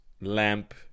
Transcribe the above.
lamp